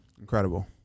Incredible